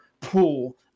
pool